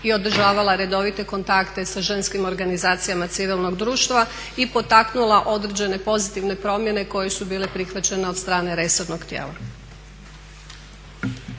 i održavala redovite kontakte sa ženskim organizacijama civilnog društva i potaknula određene pozitivne promjene koje su bile prihvaćene od strane resornog tijela.